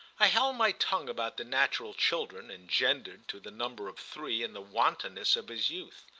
i held my tongue about the natural children, engendered, to the number of three, in the wantonness of his youth.